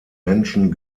menschen